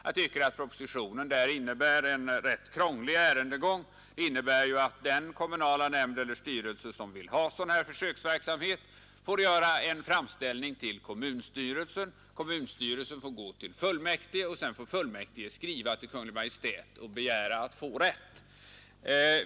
Jag tycker att propositionen därvidlag föreslår en ganska krånglig ärendegång — den innebär ju att den kommunala nämnd eller styrelse som vill ha sådan försöksverksamhet får göra en framställning till kommunstyrelsen, varpå kommunstyrelsen får gå till fullmäktige, och att fullmäktige sedan får skriva till Kungl. Maj:t och begära att få denna rätt.